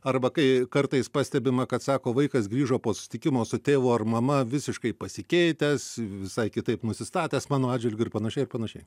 arba kai kartais pastebima kad sako vaikas grįžo po susitikimo su tėvu ar mama visiškai pasikeitęs visai kitaip nusistatęs mano atžvilgiu ir panašiai ir panašiai